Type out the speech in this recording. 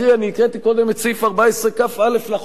אני הקראתי קודם את סעיף 14כ(א) לחוק ההוא.